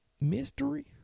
Mystery